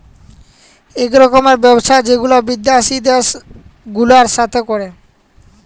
ইক রকমের ব্যবসা যেগুলা বিদ্যাসি দ্যাশ গুলার সাথে ক্যরে